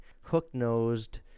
hook-nosed